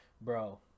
bro